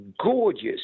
gorgeous